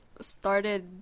started